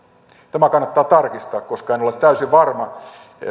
tämä kannattaa tarkistaa koska en ole täysin varma